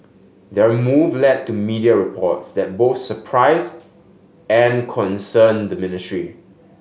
their move led to media reports that both surprised and concerned the ministry